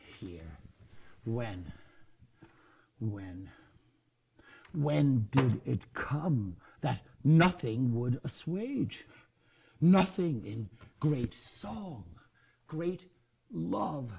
here when when when it come that nothing would assuage nothing great song great love